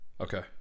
okay